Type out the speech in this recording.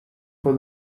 for